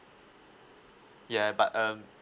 yeah but um